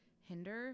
hinder